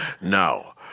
No